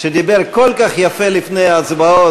שדיבר כל כך יפה לפני ההצבעות,